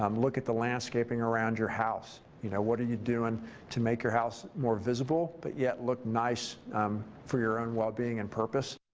um look at the landscaping around your house you know. what are you doing to make your house more visible but yet look nice for your own well being and purpose.